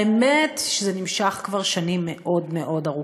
האמת שזה נמשך כבר שנים מאוד מאוד ארוכות.